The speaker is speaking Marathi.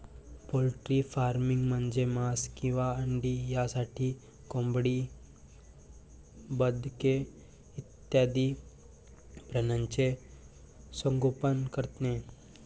पोल्ट्री फार्मिंग म्हणजे मांस किंवा अंडी यासाठी कोंबडी, बदके इत्यादी प्राण्यांचे संगोपन करणे